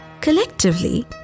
collectively